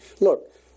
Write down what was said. Look